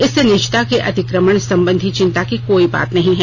इससे निजता के अतिक्रमण संबंधी चिंता की कोई बात नहीं है